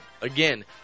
Again